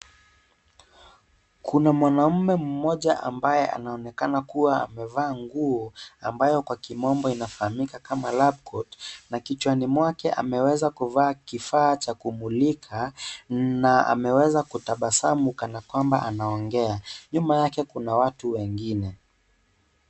Kuna mwanamume mmoja ambaye anaonekana kuwa amevaa nguo ambaye kwa kimombo inafahamika kama lab coat na kichwani mwake ameweza kuvaa kifaa cha kumulika na ameweza kutabasamu kana kwamba anaongea. Nyuma yake kuna watu wengine.